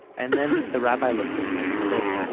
and then the rabbi looks at her and he says,